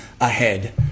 ahead